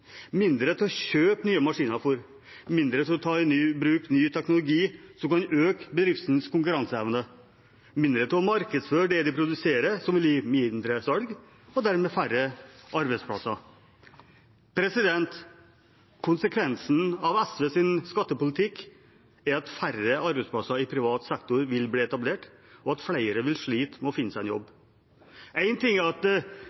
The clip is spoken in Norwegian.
mindre til å kjøpe nye maskiner, mindre til å ta i bruk ny teknologi som kan øke bedriftens konkurranseevne, mindre til å markedsføre det de produserer, som vil gi mindre salg og dermed færre arbeidsplasser. Konsekvensen av SVs skattepolitikk er at færre arbeidsplasser i privat sektor vil bli etablert, og at flere vil slite med å finne seg en jobb. En ting er at